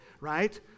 right